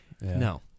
No